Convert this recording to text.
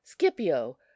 scipio